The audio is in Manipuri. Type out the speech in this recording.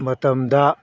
ꯃꯇꯝꯗ